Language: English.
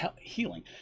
healing